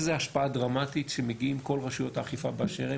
יש לזה השפעה דרמטית שמגיעים כל רשויות האכיפה באשר הם,